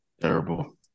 Terrible